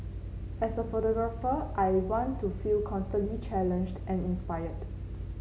as a photographer I want to feel constantly challenged and inspired